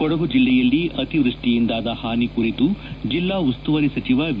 ಕೊಡಗು ಜಿಲ್ಲೆಯಲ್ಲಿ ಅತಿವೃಷ್ಟಿಯಿಂದಾದ ಹಾನಿ ಕುರಿತು ಜಿಲ್ಲಾ ಉಸ್ತುವಾರಿ ಸಚಿವ ವಿ